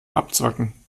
abzwacken